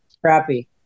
crappy